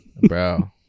bro